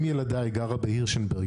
אם ילדיי גרה ברחוב הירשנברג,